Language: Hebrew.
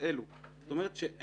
מה